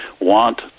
want